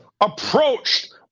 approached